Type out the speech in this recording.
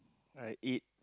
I eat